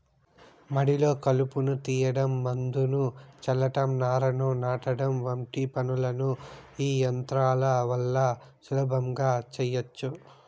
మడిలో కలుపును తీయడం, మందును చల్లటం, నారును నాటడం వంటి పనులను ఈ యంత్రాల వల్ల సులభంగా చేయచ్చు